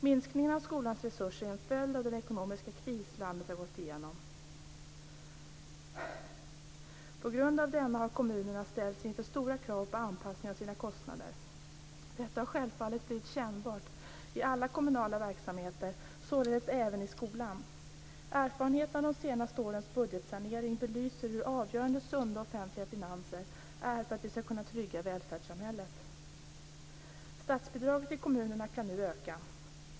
Minskningen av skolans resurser är en följd av den ekonomiska kris landet har gått igenom. På grund av denna har kommunerna ställts inför stora krav på anpassning av sina kostnader. Detta har självfallet blivit kännbart i alla kommunala verksamheter, således även i skolan. Erfarenheterna av de senaste årens budgetsanering belyser hur avgörande sunda offentliga finanser är för att vi skall kunna trygga välfärdssamhället. Statsbidraget till kommunerna kan nu öka.